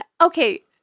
Okay